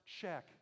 check